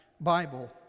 Bible